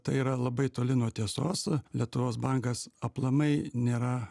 tai yra labai toli nuo tiesos lietuvos bankas aplamai nėra